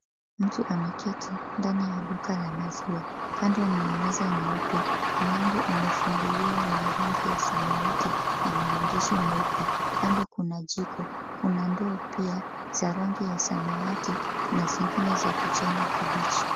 Mtu ameketi ndani ya duka la maziwa, kando mna meza nyeupe. Mlango umefunguliwa wenye rangi ya samawati na maandishi meupe. Kando kuna jiko. Kuna ndoo pia za rangi ya samawati na zingine za kijani kibichi.